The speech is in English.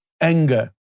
anger